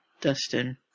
Dustin